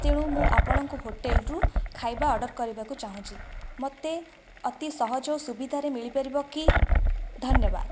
ତେଣୁ ମୁଁ ଆପଣଙ୍କ ହୋଟେଲରୁ ଖାଇବା ଅର୍ଡ଼ର କରିବାକୁ ଚାହୁଁଛି ମୋତେ ଅତି ସହଜ ଓ ସୁବିଧାରେ ମିଳିପାରିବ କି ଧନ୍ୟବାଦ